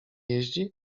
jeździ